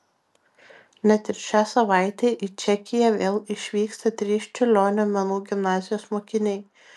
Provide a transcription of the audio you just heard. net ir šią savaitę į čekiją vėl išvyksta trys čiurlionio menų gimnazijos mokiniai